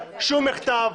שום מחטף.